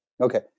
Okay